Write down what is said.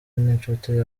n’inshuti